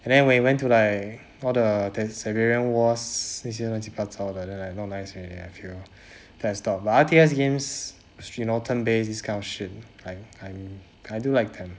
and then when it went to like all the then siberians wars 那些乱七八糟的 then like not nice already I feel that's not but R_T_S games you know turn based this kind of shit I I I do like them